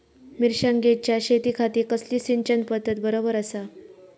मिर्षागेंच्या शेतीखाती कसली सिंचन पध्दत बरोबर आसा?